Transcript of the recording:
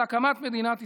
על הקמת מדינת ישראל.